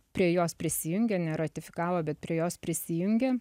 prie jos prisijungė neratifikavo bet prie jos prisijungė